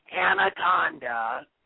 Anaconda